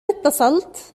اتصلت